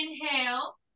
inhale